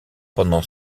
pendant